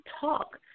talk